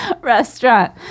restaurant